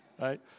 right